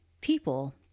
people